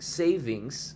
savings